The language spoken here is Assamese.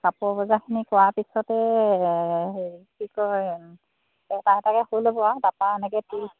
কাপোৰৰ বজাৰখিনি কৰাৰ পিছতে হেৰি কি কয় এটা এটাকৈ হৈ ল'ব আৰু তাৰপৰা এনেকৈ তিল